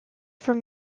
from